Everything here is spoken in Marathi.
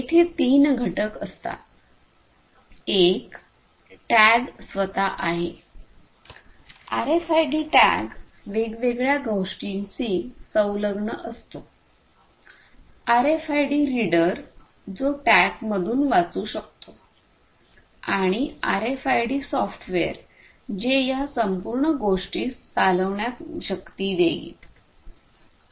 येथे तीन घटक असतात एक टॅग स्वतः आहे आरएफआयडी टॅग वेगवेगळ्या गोष्टींशी संलग्न असतो आरएफआयडी रीडर जो टॅगमधून वाचू शकतो आणि आरएफआयडी सॉफ्टवेअर जे या संपूर्ण गोष्टीस चालवण्यात शक्ती देईल